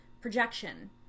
projection